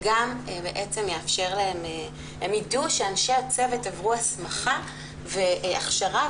הם ידעו שאנשי הצוות עברו הסמכה והכשרה,